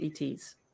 ETs